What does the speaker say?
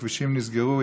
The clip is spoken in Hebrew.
כבישים נסגרו,